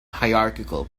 hierarchical